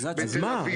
בתל אביב,